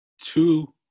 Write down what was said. two